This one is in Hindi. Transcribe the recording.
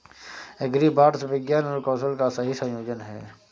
एग्रीबॉट्स विज्ञान और कौशल का सही संयोजन हैं